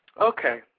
Okay